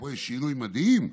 ופה יש שינוי מדהים,